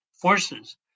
forces